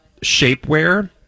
shapewear